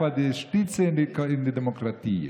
זה מה שאמרת.